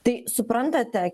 tai suprantate